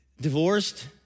Divorced